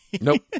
Nope